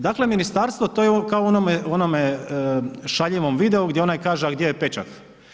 Dakle, ministarstvo to je kao u onome šaljivom videu gdje onaj kaže, a gdje je pečat.